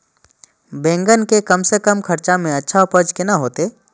बेंगन के कम से कम खर्चा में अच्छा उपज केना होते?